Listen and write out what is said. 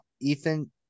Ethan